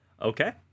Okay